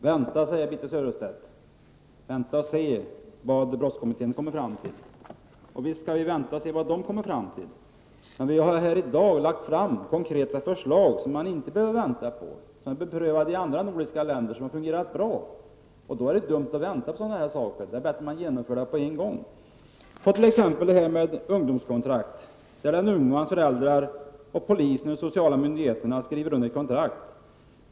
Herr talman! Birthe Sörestedt säger att vi skall vänta och se vad ungdomsbrottskommittén kommer fram till. Visst skall vi vänta och se vad den kommer fram till. Här i dag har vi dock lagt fram konkreta förslag som man inte behöver vänta på. Dessa förslag har prövats i andra nordiska länder och de har fungerat bra. Då är det dumt att vänta. Det är bättre att genomföra dessa förslag på en gång. Ungdomskontrakt är ett exempel. Den unge, dennes föräldrar, polisen och de sociala myndigheterna skriver under ett kontrakt.